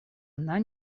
она